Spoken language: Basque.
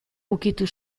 ukitu